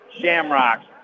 Shamrocks